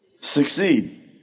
succeed